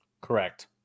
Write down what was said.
Correct